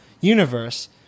universe